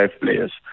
players